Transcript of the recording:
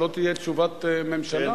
שלא תהיה תשובת ממשלה?